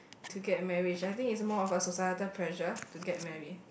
to get marriage I think is more of a societal pressure to get married